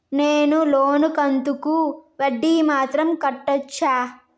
నేను లోను కంతుకు వడ్డీ మాత్రం కట్టొచ్చా?